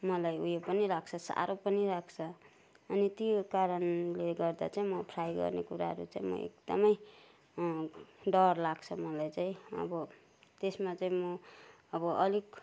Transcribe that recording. मलाई उयो पनि लाग्छ साह्रो पनि लाग्छ अनि त्यो कारणले गर्दा चाहिँ म फ्राई गर्ने कुराहरू चाहिँ म एकदमै डर लाग्छ मलाई चाहिँ अब त्यसमा चाहिँ म अब अलिक